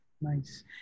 Nice